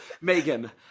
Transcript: Megan